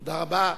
תודה רבה.